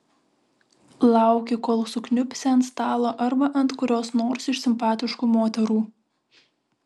lauki kol sukniubsi ant stalo arba ant kurios nors iš simpatiškų moterų